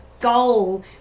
goal